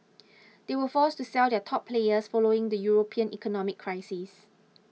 they were forced to sell their top players following the European economic crisis